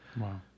Wow